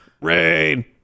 rain